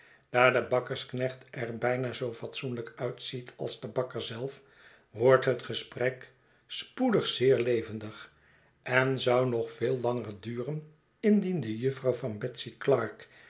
daar de bakkersknecht er bijna zoo fatsoenlijk uitziet als de bakker zelf wordt het gesprek spoedig zeer levendig en zou nog veel langer duren mdien de jufvrouw van betsy clarke